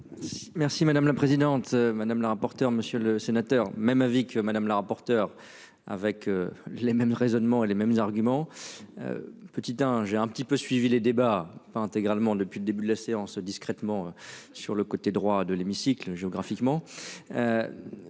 Merci madame la présidente madame la rapporteure. Monsieur le sénateur. Même avis que Madame la rapporteure avec les mêmes raisonnements et les mêmes arguments. Petite hein, j'ai un petit peu suivi les débats enfin intégralement depuis le début de la séance discrètement sur le côté droit de l'hémicycle géographiquement.